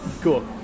cool